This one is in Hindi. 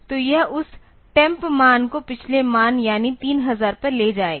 तो यह उस temp मान को पिछले मान यानी 3000 पर ले जाएगा